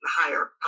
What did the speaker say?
higher